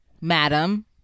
Madam